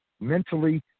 Mentally